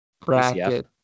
bracket